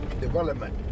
development